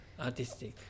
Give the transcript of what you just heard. artistic